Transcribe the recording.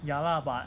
ya lah but